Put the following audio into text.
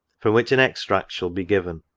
from which an extract shall be given.